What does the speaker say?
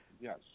Yes